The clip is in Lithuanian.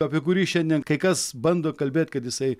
apie kurį šiandien kai kas bando kalbėt kad jisai